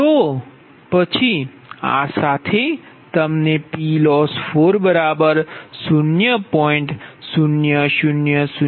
તો પછી આ સાથે તમને PLoss0